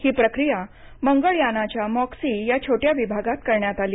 ही प्रक्रिया मंगळ यानाच्या मॉक्सी या छोट्या विभागात करण्यात आली